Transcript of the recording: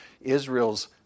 Israel's